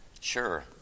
Sure